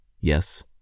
Yes